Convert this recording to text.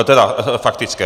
Teda faktické.